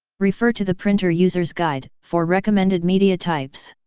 refer to the printer users guide for recommended media types.